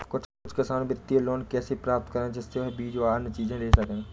किसान कुछ वित्तीय लोन कैसे प्राप्त करें जिससे वह बीज व अन्य चीज ले सके?